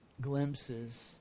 glimpses